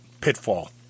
pitfall